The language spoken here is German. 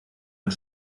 mit